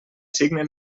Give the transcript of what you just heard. signe